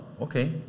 Okay